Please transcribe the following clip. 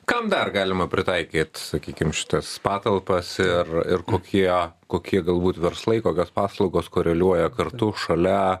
kam dar galima pritaikyt sakykime šitas patalpas ir ir kokie kokie galbūt verslai kokios paslaugos koreliuoja kartu šalia